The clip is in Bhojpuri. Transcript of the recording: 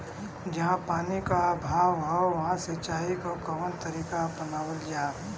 जहाँ पानी क अभाव ह वहां सिंचाई क कवन तरीका अपनावल जा?